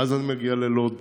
ואז אני מגיע ללוד,